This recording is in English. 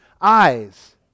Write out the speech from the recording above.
eyes